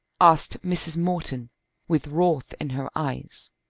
asked mrs. morton with wrath in her eyes.